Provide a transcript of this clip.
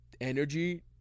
energy